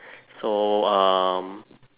so um